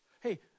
Hey